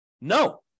No